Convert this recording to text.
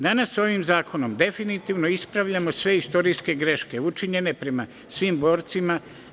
Danas ovim zakonom definitivno ispravljamo sve istorijske greške, učinjene prema svim borcima.